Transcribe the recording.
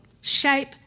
shape